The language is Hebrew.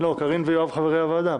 קארין ויואב חברי הוועדה.